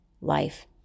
life